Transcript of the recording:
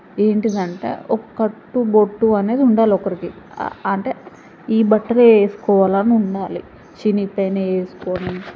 ఏంటి అంటే ఒక కట్టు బొట్టు అనేది ఉండాలి ఒకరికి అంటే ఈ బట్టలు వేసుకోవాలని ఉండాలి చినిగిపోయినవి వేసుకొని